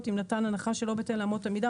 אם נתן הנחה שלא בהתאם לאמות המידה,